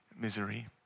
misery